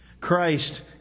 christ